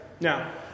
Now